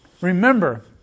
Remember